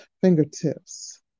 fingertips